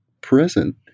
present